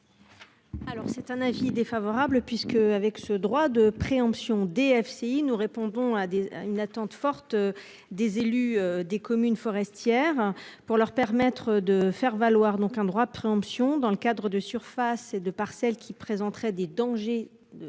Alors c'est un avis défavorable puisque avec ce droit de préemption DFCI, nous répondons à une attente forte. Des élus des communes forestières pour leur permettre de faire valoir donc un droit préemptions dans le cadre de surface et de parcelles qui présenteraient des dangers. DFCI.